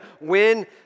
win